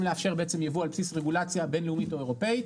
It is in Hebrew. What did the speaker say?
לאפשר יבוא על בסיס רגולציה בינלאומית או אירופאית,